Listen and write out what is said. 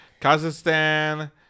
Kazakhstan